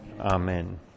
amen